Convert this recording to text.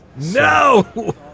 No